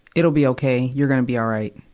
it'll be okay. you're gonna be all right.